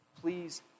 please